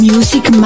Music